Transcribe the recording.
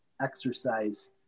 exercise